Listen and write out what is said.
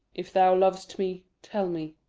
if thou lov'st me, tell me.